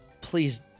Please